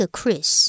Chris